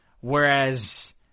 Whereas